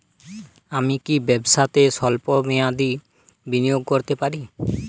আমি কি ব্যবসাতে স্বল্প মেয়াদি বিনিয়োগ করতে পারি?